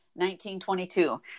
1922